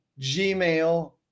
Gmail